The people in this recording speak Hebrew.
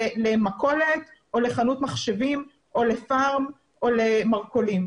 למכולת או לחנות מחשבים או לפארם או למרכולים.